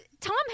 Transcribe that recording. Tom